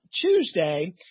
Tuesday